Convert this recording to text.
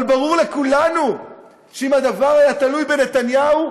אבל ברור לכולנו שאם הדבר היה תלוי בנתניהו,